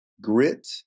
grit